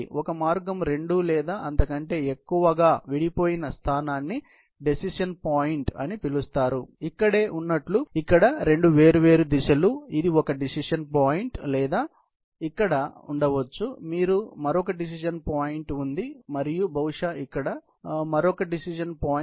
ఒక మార్గం రెండు లేదా అంతకంటే ఎక్కువగా విడిపోయిన స్థానాన్నిడెసిషన్ పాయింట్ అని పిలుస్తారు ఇక్కడే ఉన్నట్లు ఇక్కడ రెండు వేర్వేరు దిశలు ఇది ఒక డెసిషన్ పాయింట్ లేదా ఇక్కడ ఉండవచ్చు మీకు మరొక డెసిషన్ పాయింట్ ఉంది మరియు బహుశా ఇక్కడ మరొక డెసిషన్ పాయింట్